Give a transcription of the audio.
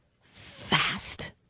fast